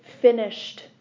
finished